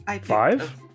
five